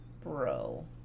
bro